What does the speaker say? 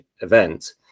event